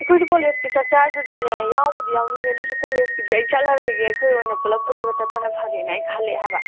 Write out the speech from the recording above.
ꯑꯩꯈꯣꯏꯁꯨ ꯀꯣꯂꯦꯖꯀꯤ ꯆꯠꯁꯦ ꯍꯥꯏꯕꯗꯨꯗꯅꯦ ꯌꯥꯎꯕꯨꯗꯤ ꯌꯥꯎꯅꯤꯡꯉꯦ ꯑꯗꯨꯁꯨ ꯀꯣꯂꯦꯖꯀꯤꯗꯤ ꯑꯩ ꯆꯠꯂꯔꯣꯏꯒꯦ ꯑꯩꯈꯣꯏ ꯑꯣꯏꯅ ꯄꯨꯂꯞ ꯄꯨꯜꯂꯒ ꯆꯠꯄꯅ ꯐꯔꯦꯅ ꯑꯩ ꯈꯜꯂꯛꯑꯦ ꯍꯥꯏꯕ